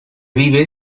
vive